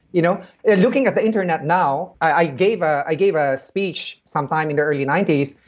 you know yeah looking at the internet now, i gave i gave a speech sometime in the early ninety s.